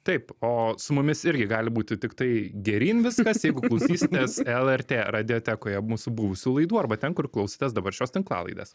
taip o su mumis irgi gali būti tiktai geryn viskas jeigu klausysitės lrt radiotekoje mūsų buvusių laidų arba ten kur klausotės dabar šios tinklalaidės